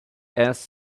ass